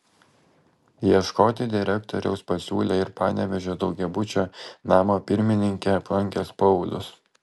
ieškoti direktoriaus pasiūlė ir panevėžio daugiabučio namo pirmininkę aplankęs paulius